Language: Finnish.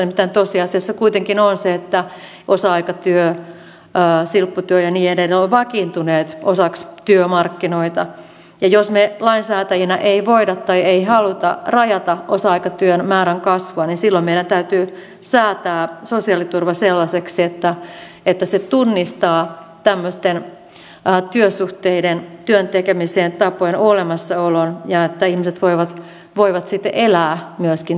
nimittäin tosiasia kuitenkin on se että osa aikatyö silpputyö ja niin edelleen ovat vakiintuneet osaksi työmarkkinoita ja jos me lainsäätäjinä emme voi tai halua rajata osa aikatyön määrän kasvua silloin meidän täytyy säätää sosiaaliturva sellaiseksi että se tunnistaa tämmöisten työsuhteiden työn tekemisen tapojen olemassaolon ja että ihmiset voivat sitten myöskin elää työllään